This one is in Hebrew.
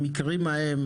המקרים ההם,